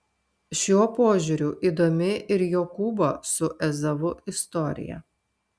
šiuo požiūriu įdomi ir jokūbo su ezavu istorija